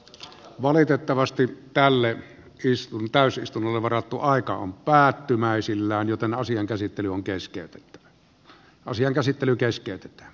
valitettavasti tälle täysistunnolle varattu aika on päättymäisillään joten asian käsittely keskeytä